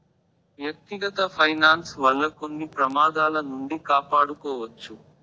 వ్యక్తిగత ఫైనాన్స్ వల్ల కొన్ని ప్రమాదాల నుండి కాపాడుకోవచ్చు